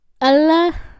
Allah